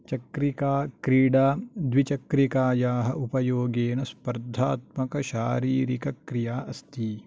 चक्रिकाक्रीडा द्विचक्रिकायाः उपयोगेन स्पर्धात्मकशारीरकक्रिया अस्ति